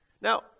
now